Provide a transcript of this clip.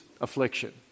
affliction